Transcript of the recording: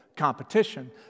competition